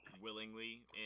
willingly